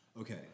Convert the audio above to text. Okay